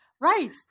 Right